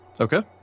Okay